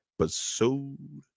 Episode